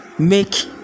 make